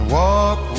walk